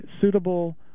suitable